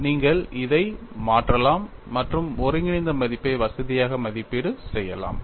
நீங்கள் இதை மாற்றலாம் மற்றும் ஒருங்கிணைந்த மதிப்பை வசதியாக மதிப்பீடு செய்யலாம்